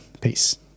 Peace